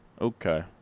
Okay